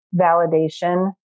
validation